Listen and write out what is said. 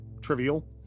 trivial